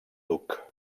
duc